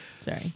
Sorry